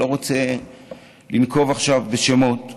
ואני לא רוצה לנקוב עכשיו בשמות.